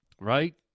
Right